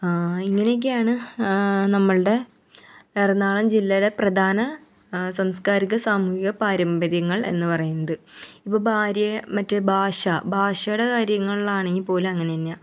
ഇങ്ങനൊക്കെയാണ് നമ്മളുടെ എറണാകുളം ജില്ലേലെ പ്രധാന സാംസ്കാരിക സാമൂഹ്യ പാരമ്പര്യങ്ങൾ എന്ന് പറയുന്നത് ഇപ്പം ഭാര്യേ മറ്റേ ഭാഷ ഭാഷയുടെ കാര്യങ്ങളിലാണെങ്കിൽ പോലും അങ്ങനെ തന്നെയാണ്